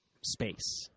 space